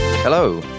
Hello